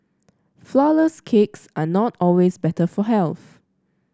flourless cakes are not always better for health